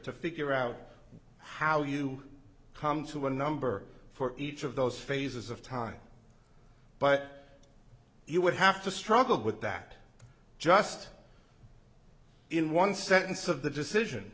to figure out how you come to one number for each of those phases of time but you would have to struggle with that just in one sentence of the decision